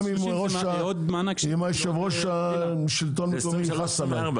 גם אם יושב-ראש השלטון המקומי יכעס עליי.